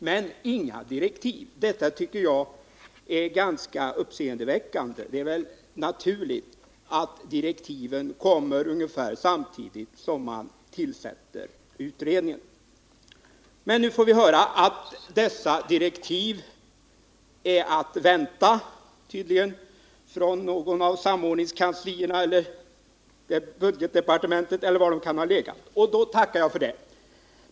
Men inga direktiv! Det tycker jag som sagt är ganska uppseendeväckande. Det är väl naturligt att direktiven kommer ungefär samtidigt som man tillsätter utredningen. Nu får vi höra att dessa direktiv tydligen är att vänta från något av samordningskanslierna eller budgetdepartementet eller var de kan ha legat. Jag tackar för det.